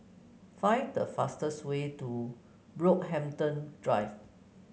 find the fastest way to Brockhampton Drive